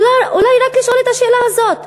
אולי רק לשאול את השאלה הזאת.